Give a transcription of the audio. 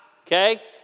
okay